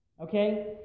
Okay